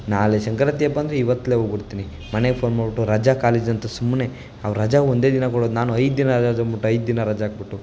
ನಾಳೆ ಸಂಕ್ರಾಂತಿ ಹಬ್ಬ ಅಂದರೆ ಇವತ್ತೇ ಹೋಗ್ಬಿಡ್ತಿನಿ ಮನೆಗೆ ಫೋನ್ ಮಾಡಿಬಿಟ್ಟು ರಜಾ ಕಾಲೇಜ್ ಅಂತ ಸುಮ್ಮನೆ ಅವ್ರು ರಜಾ ಒಂದೇ ದಿನ ಕೊಡೋದು ನಾನು ಐದು ದಿನ ರಜಾ ಅಂದ್ಬಿಟ್ ಐದು ದಿನ ರಜಾ ಹಾಕ್ಬಿಟ್ಟು